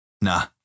Nah